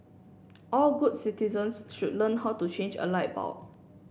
all good citizens should learn how to change a light bulb